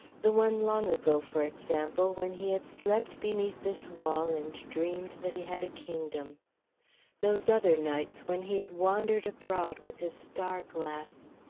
the one long ago, for example, when he had slept beneath this wall and dreamed that he had a kingdom those other nights, when he had wandered abroad with his star glass.